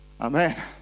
amen